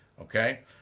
Okay